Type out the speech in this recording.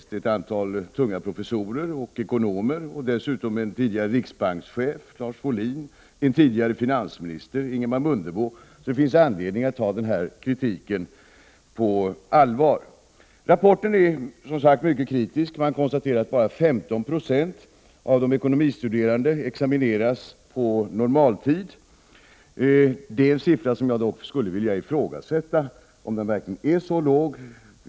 Det är ett antal tunga professorer och ekonomer och dessutom en tidigare riksbankschef, Lars Wohlin, och en tidigare finansminister, Ingemar Mundebo, så det finns anledning att ta kritiken på allvar. Rapporten är mycket kritisk. Här konstateras att bara 15 20 av de ekonomistuderande examineras på normaltid. Jag skulle dock vilja ifrågasätta om andelen verkligen är så låg.